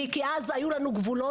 כי אז היו לנו גבולות.